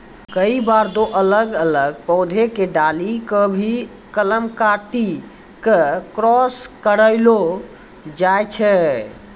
कई बार दो अलग अलग पौधा के डाली कॅ भी कलम काटी क क्रास करैलो जाय छै